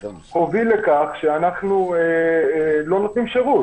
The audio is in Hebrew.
אנחנו במצב שהם לא נותנים שירות.